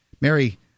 Mary